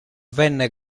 venne